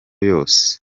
yose